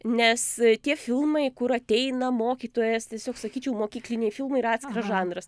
nes tie filmai kur ateina mokytojas tiesiog sakyčiau mokykliniai filmai yra atskiras žanras